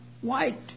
white